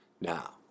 Now